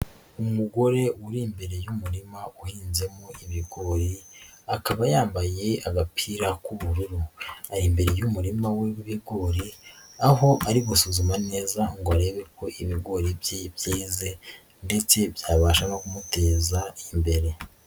Umugore uri imbere y'umurima uhinzemo ibigori, akaba yambaye agapira k'ubururu. Ari imbere y'umurima w'ibigori, aho ari gusuzuma neza ngo arebe ko ibigori bye byeze ndetse byabasha no kumuteza imbere.